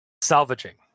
salvaging